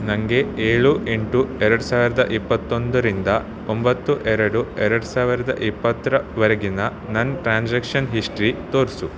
ನನಗೆ ಏಳು ಎಂಟು ಎರಡು ಸಾವಿರದ ಇಪ್ಪತ್ತೊಂದರಿಂದ ಒಂಬತ್ತು ಎರಡು ಎರಡು ಸಾವಿರದ ಇಪ್ಪತ್ತರವರೆಗಿನ ನನ್ನ ಟ್ರಾನ್ಸಾಕ್ಷನ್ ಹಿಸ್ಟ್ರಿ ತೋರಿಸು